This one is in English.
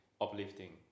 uplifting